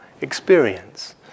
experience